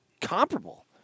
comparable